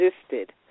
existed